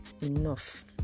enough